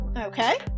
Okay